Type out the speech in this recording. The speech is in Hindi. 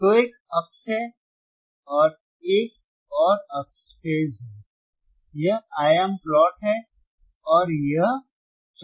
तो एक अक्ष है एक और अक्ष फेज है यह आयाम प्लॉट है और यह चरण है